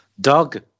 dog